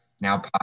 now